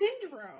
Syndrome